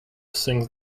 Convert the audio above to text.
sings